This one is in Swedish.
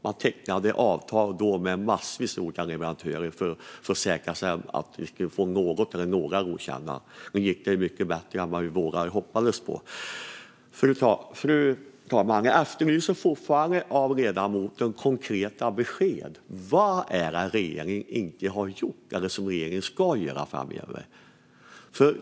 Man tecknade avtal med massvis av olika leverantörer för att säkra att vi skulle få något eller några godkända vacciner. Nu gick det mycket bättre än vi vågade hoppas på. Fru talman! Jag efterlyser fortfarande konkreta besked från ledamoten. Vad är det som regeringen inte har gjort eller som regeringen ska göra framöver?